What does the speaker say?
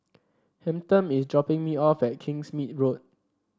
Hampton is dropping me off at Kingsmead Road